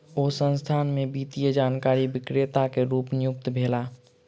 ओ संस्थान में वित्तीय जानकारी विक्रेता के रूप नियुक्त भेला